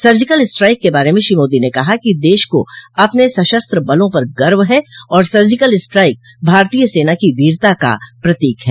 surgical strike के बारे में श्री मोदो ने कहा कि देश को अपने सशस्त्र बलों पर गर्व है और सर्जिकल स्ट्राइक भारतीय सना की वीरता का प्रतीक है